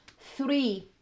three